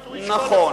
נכון.